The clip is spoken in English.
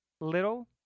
Little